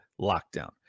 LOCKDOWN